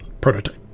prototype